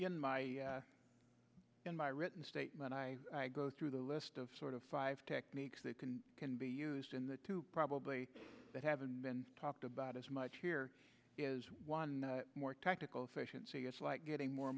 in my in my written statement i go through the list of sort of five techniques that can can be used in the two probably that haven't been talked about as much here is one more tactical efficiency it's like getting more